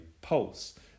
pulse